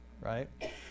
right